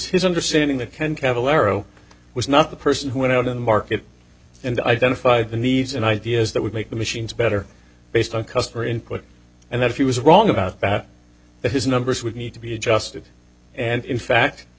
his understanding that ken cavalera was not the person who went out in the market and identified the needs and ideas that would make the machines better based on customer input and that he was wrong about that his numbers would need to be adjusted and in fact he